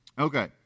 Okay